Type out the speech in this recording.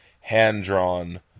hand-drawn